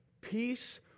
peace